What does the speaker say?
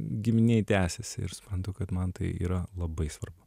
giminėj tęsiasi ir suprantu kad man tai yra labai svarbu